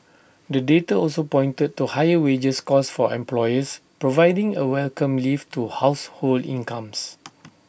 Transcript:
the data also pointed to higher wages costs for employers providing A welcome lift to household incomes